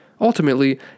Ultimately